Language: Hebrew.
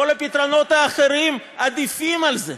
כל הפתרונות האחרים עדיפים על זה.